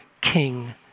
king